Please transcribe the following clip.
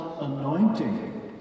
anointing